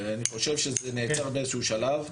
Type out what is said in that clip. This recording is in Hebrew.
אני חושב שזה נעצר באיזה שהוא שלב.